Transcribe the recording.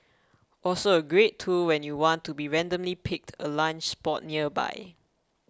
also a great tool when you want to be randomly pick a lunch spot nearby